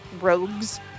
rogues